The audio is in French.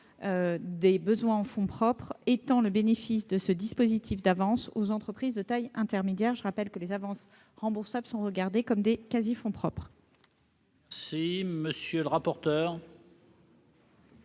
des besoins en fonds propres -, à étendre le bénéfice de ce dispositif d'avances aux entreprises de taille intermédiaire. Je précise que les avances remboursables sont regardées comme des quasi-fonds propres. Quel est l'avis de